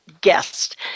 guest